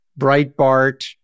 Breitbart